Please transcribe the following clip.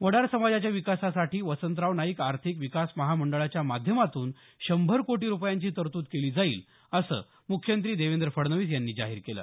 वडार समाजाच्या विकासासाठी वसंतराव नाईक आर्थिक विकास महामंडळाच्या माध्यमातून शंभर कोटी रुपयांची तरतूद केली जाईल असं मुख्यमंत्री देवेंद्र फडणवीस यांनी जाहीर केलं